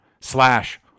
slash